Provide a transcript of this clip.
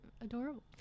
adorable